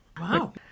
Wow